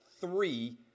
three